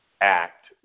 act